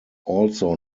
also